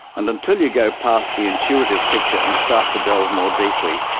and until you go past the intuitive picture and start to delve more deeply,